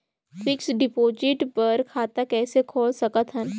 Fixed deposit बर खाता कइसे खोल सकत हन?